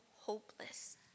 hopeless